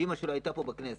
שאימא שלו הייתה פה בכנסת,